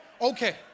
Okay